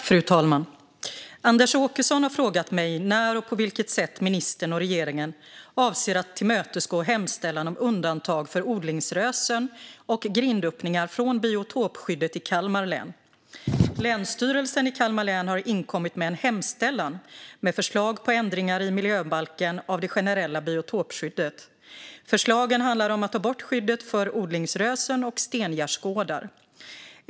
Fru talman! Anders Åkesson har frågat mig när och på vilket sätt ministern och regeringen avser att tillmötesgå hemställan om undantag för odlingsrösen och grindöppningar från biotopskyddet i Kalmar län. Länsstyrelsen i Kalmar län har inkommit med en hemställan med förslag till ändringar av det generella biotopskyddet i miljöbalken. Förslagen handlar om att ta bort skyddet för odlingsrösen och stengärdsgårdar.